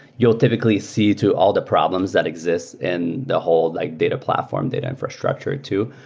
you'll typically see to all the problems that exist in the whole like data platform, data infrastructure too.